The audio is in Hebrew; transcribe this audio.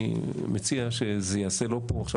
אני מציע שזה ייעשה לא פה עכשיו,